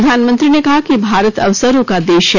प्रधानमंत्री ने कहा कि भारत अवसरों का देश है